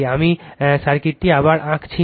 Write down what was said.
আমি সার্কিটটি আবার আঁকছি না